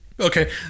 Okay